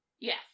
Yes